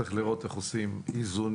צריך לראות איך עושים איזונים,